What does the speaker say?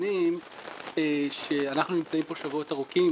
האחרונים שאנחנו נמצאים פה שבועות ארוכים,